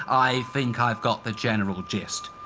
i think i've got the general gist!